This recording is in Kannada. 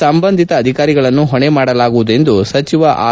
ಸಂಬಂಧಿತ ಅಧಿಕಾರಿಗಳನ್ನು ಹೊಣೆ ಮಾಡಲಾಗುವುದೆಂದು ಸಚಿವ ಆರ್